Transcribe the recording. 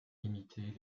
imiter